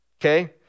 okay